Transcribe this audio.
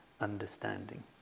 understanding